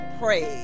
praise